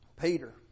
Peter